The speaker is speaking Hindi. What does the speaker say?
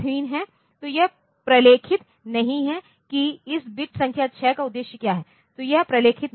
तो यह प्रलेखित नहीं है कि इस बिट संख्या 6 का उद्देश्य क्या है